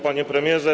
Panie Premierze!